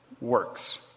works